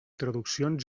traduccions